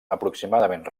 aproximadament